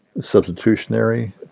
substitutionary